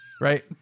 right